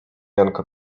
janka